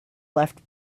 left